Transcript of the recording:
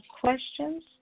questions